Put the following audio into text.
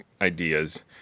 ideas